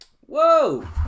Whoa